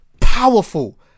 powerful